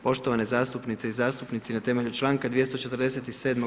Poštovane zastupnice i zastupnici na temelju čl. 247.